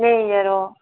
नेईं जरो